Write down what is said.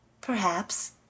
Perhaps